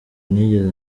nigeze